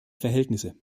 verhältnisse